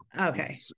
okay